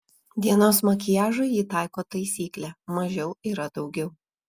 dienos makiažui ji taiko taisyklę mažiau yra daugiau